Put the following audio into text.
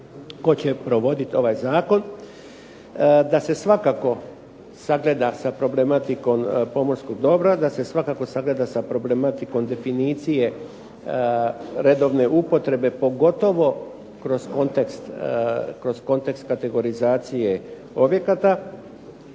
tko će provoditi ovaj zakon, da se svakako sagleda sa problematikom pomorskog dobra, da se svakako sagleda sa problematikom definicije redovne upotrebe, pogotovo kroz kontekst kategorizacije objekata